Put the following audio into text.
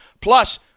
Plus